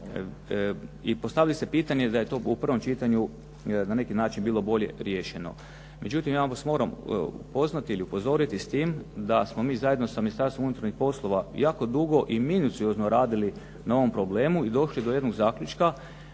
I postavili ste pitanje da je to u prvom čitanju na neki način bilo bolje riješeno. Međutim, ja vas moram upoznati ili upozoriti s tim da smo mi zajedno s Ministarstvom unutarnjih poslova jako dugo i miniciuzno radili na ovom problemu i došli do jednog zaključka